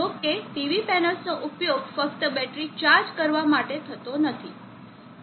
જો કે PV પેનલ્સનો ઉપયોગ ફક્ત બેટરી ચાર્જ કરવા માટે થતો નથી